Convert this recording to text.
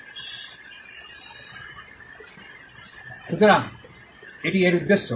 সুতরাং এটি এর উদ্দেশ্য